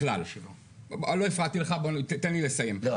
בכלל, לא הפרעתי לך, תן לי לסיים -- רגע